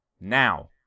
Now